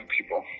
people